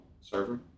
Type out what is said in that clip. server